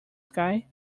sky